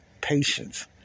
patience